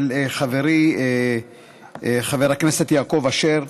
של חברי חבר הכנסת יעקב אשר.